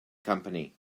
company